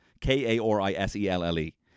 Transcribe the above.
K-A-R-I-S-E-L-L-E